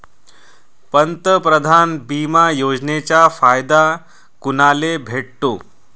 पंतप्रधान बिमा योजनेचा फायदा कुनाले भेटतो?